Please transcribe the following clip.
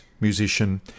musician